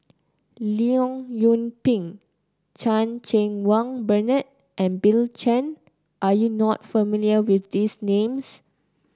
Leong Yoon Pin Chan Cheng Wah Bernard and Bill Chen are you not familiar with these names